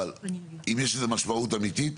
אבל אם יש לזה משמעות אמיתית?